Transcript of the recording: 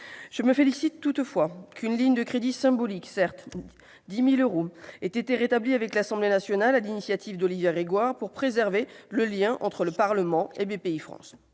Je me félicite toutefois qu'une ligne de crédits, certes symbolique- 10 000 euros -, ait été rétablie par l'Assemblée nationale, sur l'initiative d'Olivia Grégoire, pour préserver le lien entre le Parlement et Bpifrance.